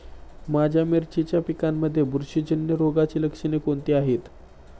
माझ्या मिरचीच्या पिकांमध्ये बुरशीजन्य रोगाची लक्षणे कोणती आहेत?